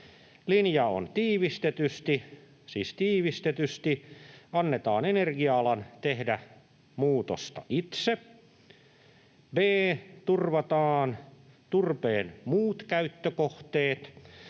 Linja on tiivistetysti, siis tiivistetysti: Annetaan energia-alan tehdä muutosta itse. Turvataan turpeen muut käyttökohteet,